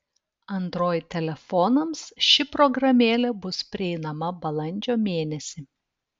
android telefonams ši programėlė bus prieinama balandžio mėnesį